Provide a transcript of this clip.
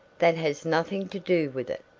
that has nothing to do with it.